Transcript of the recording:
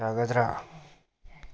ꯌꯥꯒꯗ꯭ꯔꯥ